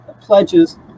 pledges